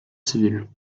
civil